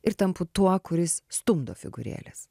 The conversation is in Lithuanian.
ir tampu tuo kuris stumdo figūrėles